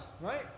right